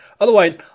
Otherwise